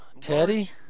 Teddy